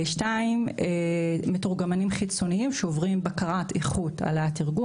שנית: מתורגמנים חיצוניים שעוברים בקרת איכות על התרגום